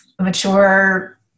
mature